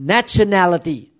Nationality